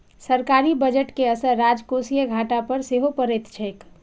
सरकारी बजट के असर राजकोषीय घाटा पर सेहो पड़ैत छैक